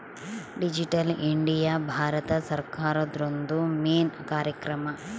digital India Bharat ಸರ್ಕಾರ್ದೊರ್ದು main ಕಾರ್ಯಕ್ರಮ